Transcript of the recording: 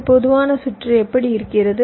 ஒரு பொதுவான சுற்று எப்படி இருக்கிறது